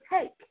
take